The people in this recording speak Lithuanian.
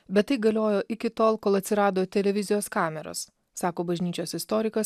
bet tai galiojo iki tol kol atsirado televizijos kameros sako bažnyčios istorikas